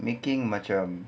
making macam